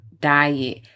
diet